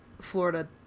Florida